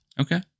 Okay